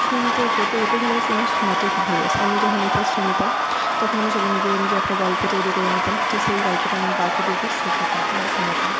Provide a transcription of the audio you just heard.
শুনতে ও পড়তে দুটোই ভালোবাসি এবং শোনাতেও খুব ভালোবাসি আমি যখন ইতিহাস শুনতাম তখন আমি সেটা নিজে নিজের একটা গল্প তৈরি করে নিতাম তো সেই গল্পটা আমি বাকিদেরকেও শেখাতাম বা শোনাতাম